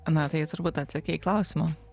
na tai turbūt atsakei į klausimą